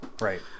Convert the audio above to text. Right